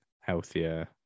healthier